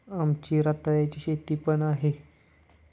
आमची रताळ्याची शेती पण आहे